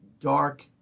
dark